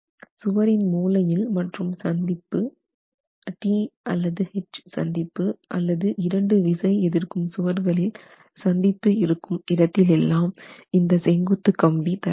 சுவரின் மூலையில் மற்றும் சந்திப்பு T அல்லது H சந்திப்பு அல்லது இரண்டு விசை எதிர்க்கும் சுவர்களில் சந்திப்பு இருக்கும் இடத்திலெல்லாம் இந்த செங்குத்து கம்பி தர வேண்டும்